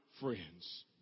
friends